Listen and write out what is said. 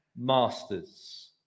masters